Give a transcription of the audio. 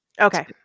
okay